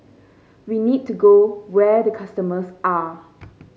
we need to go where the customers are